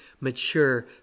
mature